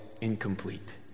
incomplete